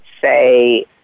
say